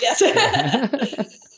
Yes